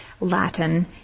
Latin